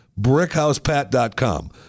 Brickhousepat.com